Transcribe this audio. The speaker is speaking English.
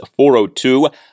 402